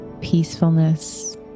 peacefulness